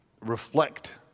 reflect